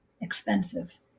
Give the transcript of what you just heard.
expensive